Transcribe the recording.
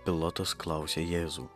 pilotas klausė jėzų